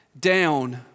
down